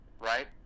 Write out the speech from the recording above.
right